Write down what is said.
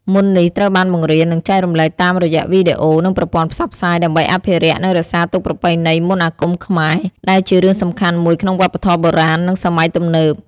មន្តនេះត្រូវបានបង្រៀន និងចែករំលែកតាមរយៈវីដេអូ និងប្រព័ន្ធផ្សព្វផ្សាយ ដើម្បីអភិរក្ស និងរក្សាទុកប្រពៃណីមន្តអាគមខ្មែរ ដែលជារឿងសំខាន់មួយក្នុងវប្បធម៌បុរាណ និងសម័យទំនើប។